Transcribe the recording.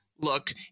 look